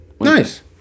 Nice